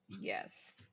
yes